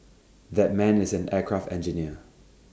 that man is an aircraft engineer